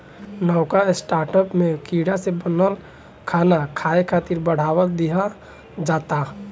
नवका स्टार्टअप में कीड़ा से बनल खाना खाए खातिर बढ़ावा दिहल जाता